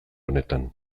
honetan